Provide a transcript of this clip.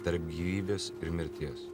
tarp gyvybės ir mirties